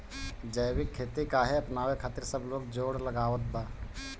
जैविक खेती काहे अपनावे खातिर सब लोग जोड़ लगावत बा?